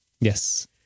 Yes